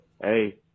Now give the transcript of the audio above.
hey